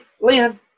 Lynn